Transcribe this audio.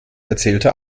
erzählte